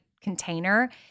container